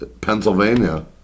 Pennsylvania